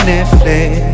Netflix